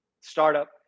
startup